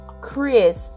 Chris